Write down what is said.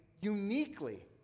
uniquely